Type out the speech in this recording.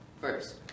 First